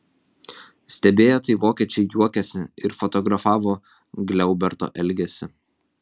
stebėję tai vokiečiai juokėsi ir fotografavo gliauberto elgesį